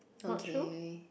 okay